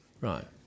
Right